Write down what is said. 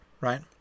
right